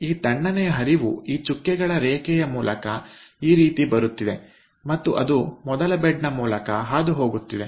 ಈ ತಣ್ಣನೆಯ ಹರಿವು ಈ ಚುಕ್ಕೆಗಳ ರೇಖೆಯ ಮೂಲಕ ಈ ರೀತಿ ಬರುತ್ತಿದೆ ಮತ್ತು ಅದು ಮೊದಲ ಬೆಡ್ ನ ಮೂಲಕ ಹಾದುಹೋಗುತ್ತಿದೆ